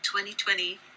2020